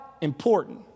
important